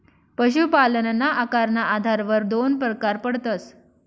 पशुपालनना आकारना आधारवर दोन परकार पडतस